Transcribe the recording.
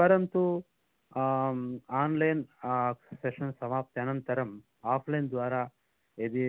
परन्तु online session समाप्ति अनन्तरं आफ़्लैन् द्वारा यदि